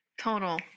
total